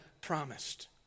promised